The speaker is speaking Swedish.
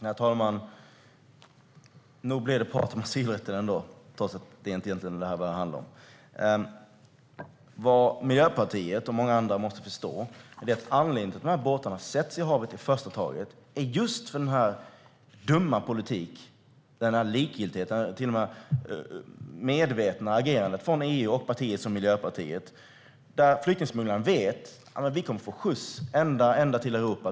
Herr talman! Nog blir det prat om asylrätten ändå, trots att det egentligen inte handlar om det. Vad Miljöpartiet och många andra måste förstå är att anledningen till att de här båtarna sätts i havet är den här dumma politiken och den här likgiltigheten. Det är till och med ett medvetet agerande från EU och partier som Miljöpartiet. Flyktingsmugglarna vet att de här människorna kommer att få skjuts ända till Europa.